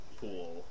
pool